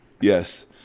yes